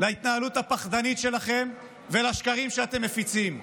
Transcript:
הפחדנית שלכם ולשקרים שאתם מפיצים.